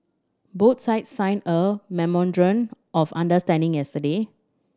both sides signed a memorandum of understanding yesterday